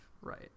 right